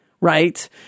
right